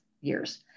years